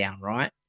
right